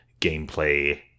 gameplay